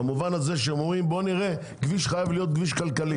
במובן הזה שהם אומרים: כביש חייב להיות כביש כלכלי.